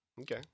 Okay